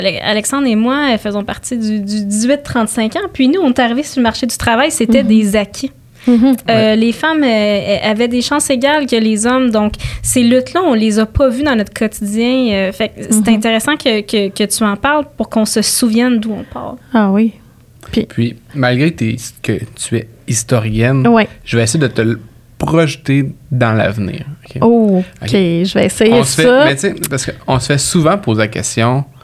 Alexandre et moi, euh, faisons partie du- du 18-35 ans. Puis nous, on est arrivés sur le marché du travail, c'était Mhm. des acquis. Mhm. Euh, Ouais. les femmes, euh, avaient des chances égales que les hommes. Donc, ces luttes-là, on les a pas vues dans notre quotidien. Euh, fait que c'est Mhm. intéressant que- que- que tu en parles pour qu'on se souvienne d'où on part. Ah oui. Puis- Puis, malgré tes- que tu es historienne, Ouais. je vais essayer de te le- projeter dans l'avenir, ok? Oh, Ok. Ok, je vais essayer On se fait- ça. mais tu sais, parce que on se fait souvent poser la question,